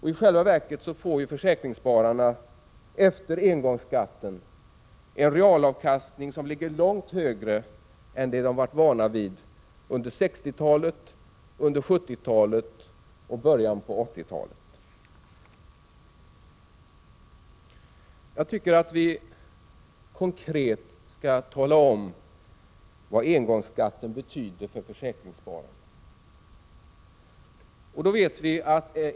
I själva verket får försäkringsspararna efter engångsskatten en realavkastning som ligger långt högre än de varit vana vid att få under 60-, 70 och början av 80-talet. Vi måste konkret tala om vad engångsskatten betyder för försäkringsspararna.